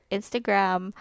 Instagram